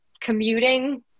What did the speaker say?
commuting